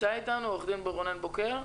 נמצא אתנו עורך-דין רונן בוקר?